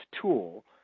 tool